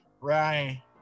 Right